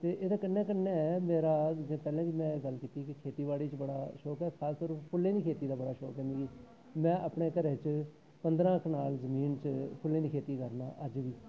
ते एह्दे कन्नै कन्नै मेरा जियां पैह्लें बी में गल्ल कीती कि खेतीबाड़ी च बड़ा शौक ऐ खासकर फुल्लें दी खेती दा बड़ा शौक ऐ मिगी में अपने घरे च पंदरां कनाल जमीन च फुल्लें दी खेती करनां अज्ज बी